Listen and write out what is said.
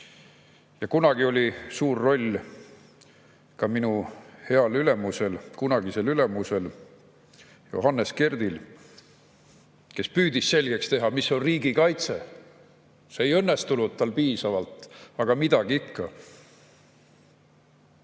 Kunagi oli suur roll ka minu heal ülemusel, kunagisel ülemusel Johannes Kerdil, kes püüdis selgeks teha, mis on riigikaitse. See ei õnnestunud tal piisavalt, aga midagi ikka.